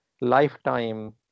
lifetime